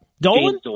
Dolan